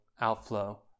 outflow